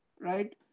right